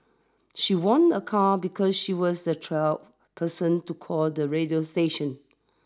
she won a car because she was the twelve person to call the radio station